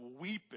weeping